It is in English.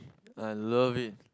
I love it